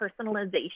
personalization